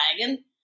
wagon